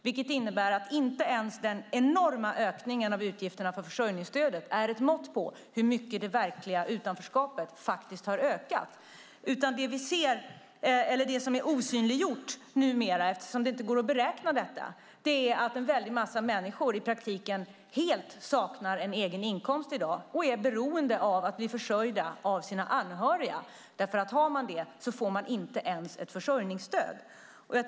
Det betyder att inte ens den enorma ökningen av utgifterna för försörjningsstödet är ett mått på hur mycket det verkliga utanförskapet faktiskt har ökat. Det som numera är osynliggjort eftersom det inte går att beräkna detta är att en massa människor i praktiken i dag helt saknar egen inkomst och är beroende av att bli försörjda av sina anhöriga. Har man det så får man inte ens försörjningsstöd.